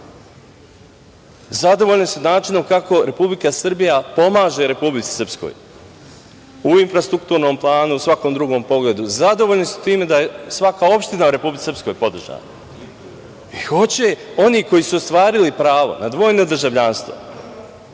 Zadovoljni su načinom kako Republika Srbija pomaže Republici Srpskoj, u infrastrukturnom planu u svakom drugom. Zadovoljni su da svaka opština je u Republici Srpskoj podržana i hoće oni koji su ostvarili pravo na dvojno državljanstvo,